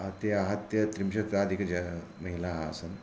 आहत्य आहत्य त्रिंशदधिकाः महिलाः आसन्